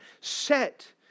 set